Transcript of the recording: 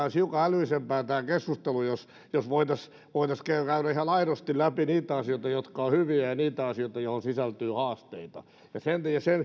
olisi älyllisempää tämä keskustelu jos jos voitaisiin voitaisiin käydä ihan aidosti läpi niitä asioita jotka ovat hyviä ja ja niitä asioita joihin sisältyy haasteita